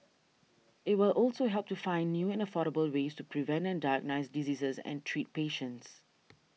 it will also help to find new and affordable ways to prevent and diagnose diseases and treat patients